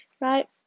right